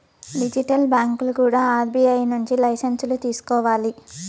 digital బ్యాంకులు కూడా RBI నుంచి లైసెన్సులు తీసుకోవాలి